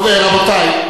טוב, רבותי.